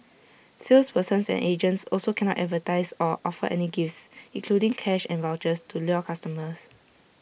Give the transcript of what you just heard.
salespersons and agents also cannot advertise or offer any gifts including cash and vouchers to lure customers